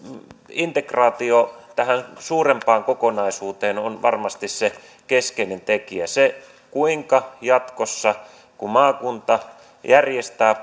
integraatio tähän suurempaan kokonaisuuteen on varmasti se keskeinen tekijä se kuinka jatkossa palvelut integroituvat toinen toisiinsa kun maakunta järjestää